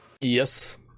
Yes